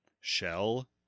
shell